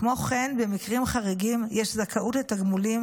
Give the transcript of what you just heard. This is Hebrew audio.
כמו כן, במקרים חריגים יש זכאות לתגמולים